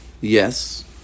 Yes